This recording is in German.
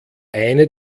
eine